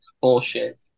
bullshit